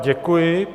Děkuji.